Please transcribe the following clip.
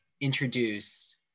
introduce